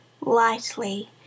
lightly